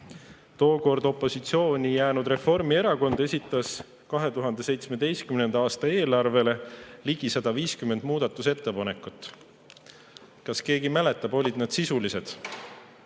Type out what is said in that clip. Tookord opositsiooni jäänud Reformierakond esitas 2017. aasta eelarve muutmiseks ligi 150 ettepanekut. Kas keegi mäletab, olid need sisulised?